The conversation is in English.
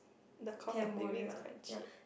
the cost of living is very cheap